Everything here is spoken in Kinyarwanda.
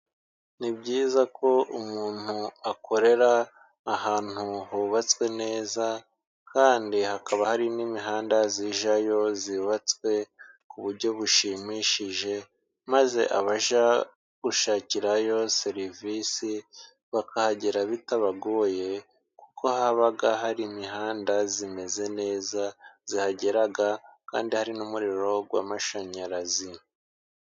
Ni byiza ko umuntu akorera ahantu hubatswe neza, kandi hakaba hari n'imihanda ijyayo yubatswe ku buryo bushimishije, maze abajya gushakirayo serivisi bakahagera bitabagoye, kuko haba hari imihanda imeze neza ihageraga, kandi hari n'umuriro w'amashanyarazi.